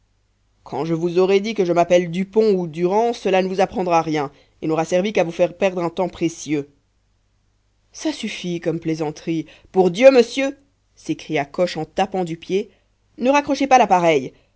quand je vous aurai dit que je m'appelle dupont ou durand cela ne vous apprendra rien et n'aura servi qu'à vous faire perdre un temps précieux ça suffit comme plaisanterie pour dieu monsieur s'écria coche en tapant du pied ne raccrochez pas l'appareil